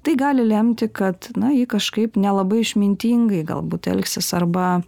tai gali lemti kad na ji kažkaip nelabai išmintingai galbūt elgsis arba